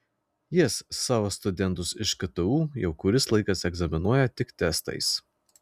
jis savo studentus iš ktu jau kuris laikas egzaminuoja tik testais